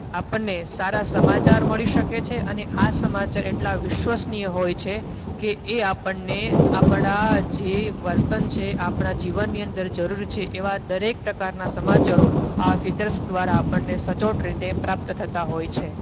આપણને સારા સમાચાર મળી શકે છે અને આ સમાચાર એટલા વિશ્વનીય હોય છે કે એ આપણને આપણા જે વર્તન છે જે આપણા જીવનની અંદર જરૂરી છે એવા દરેક પ્રકારના સમાચારો આ ફીચર્સ દ્વારા આપણને સચોટ રીતે પ્રાપ્ત થતા હોય છે